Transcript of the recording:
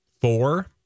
four